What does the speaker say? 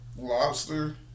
Lobster